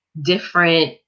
different